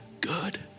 good